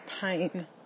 pain